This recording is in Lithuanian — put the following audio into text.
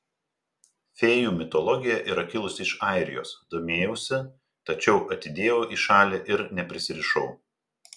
fėjų mitologija yra kilusi iš airijos domėjausi tačiau atidėjau į šalį ir neprisirišau